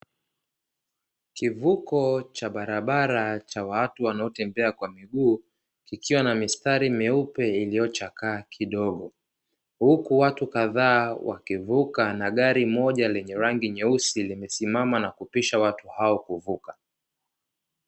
Kivuko cha barabara cha watu wanaotembea kwa miguu kikiwa na mistari meupe iliyochakaa kidogo, huku watu kadhaa wakivuka, na gari moja lenye rangi nyeusi limesimama na kupisha watu hao kuvuka.